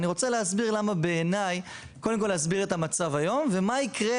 אני רוצה להסביר את המצב היום ומה יקרה